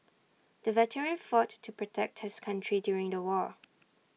the veteran fought to protect his country during the war